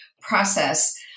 process